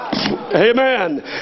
Amen